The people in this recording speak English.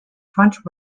french